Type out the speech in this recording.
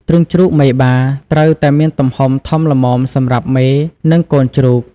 ទ្រុងជ្រូកមេបា ត្រូវតែមានទំហំធំល្មមសម្រាប់មេ និងកូនជ្រូក។